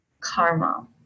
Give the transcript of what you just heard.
karma